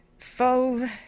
Fove